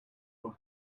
will